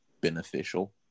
beneficial